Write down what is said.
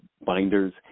binders